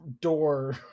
door